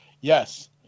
yes